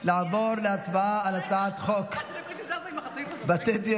נעבור להצבעה על הצעת חוק בתי דין